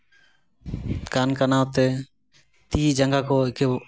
ᱠᱟᱱᱼᱠᱟᱱᱟᱣ ᱛᱮ ᱛᱤ ᱡᱟᱸᱜᱟ ᱠᱚ ᱮᱠᱮ